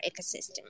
ecosystem